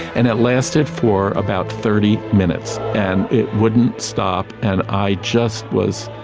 and it lasted for about thirty minutes, and it wouldn't stop, and i just was,